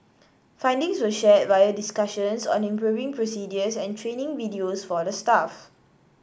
findings were shared via discussions on improving procedures and training videos for the staff